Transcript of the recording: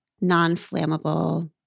non-flammable